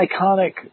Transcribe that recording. iconic